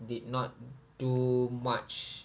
did not do much